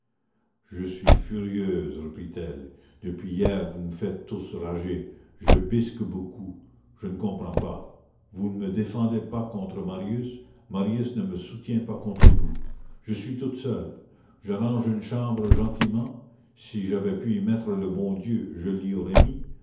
je suis furieuse reprit-elle depuis hier vous me faites tous rager je bisque beaucoup je ne comprends pas vous ne me défendez pas contre marius marius ne me soutient pas contre vous je suis toute seule j'arrange une chambre gentiment si j'avais pu y mettre le bon dieu je l'y aurais mis